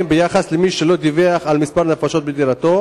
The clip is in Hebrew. למי שלא דיווח על מספר הנפשות בדירתו.